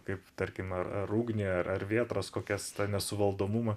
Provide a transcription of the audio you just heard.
kaip tarkim ar ar ugnį ar ar vėtras kokias tą nesuvaldomumą